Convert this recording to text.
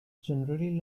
generally